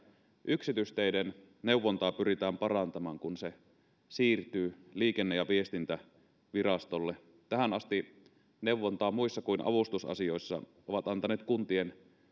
yksityisteiden neuvontaa pyritään parantamaan kun se siirtyy liikenne ja viestintävirastolle tähän asti neuvontaa muissa kuin avustusasioissa ovat antaneet kuntien